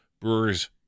Brewers